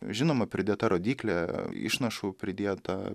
žinoma pridėta rodyklė išnašų pridėta